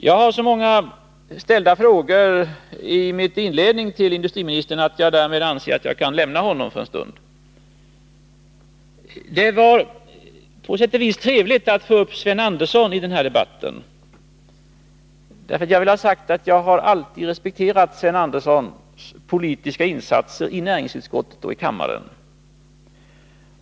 Jag har i mitt inledningsanförande ställt så många frågor till industriministern att jag anser att jag nu kan lämna honom för en stund. Det var på sätt och vis trevligt att få upp Sven Andersson i denna debatt. Jag har alltid respekterat Sven Anderssons politiska insatser i näringsutskottet och kammaren.